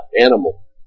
animal